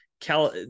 Cal